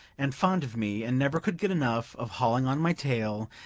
and fond of me, and never could get enough of hauling on my tail,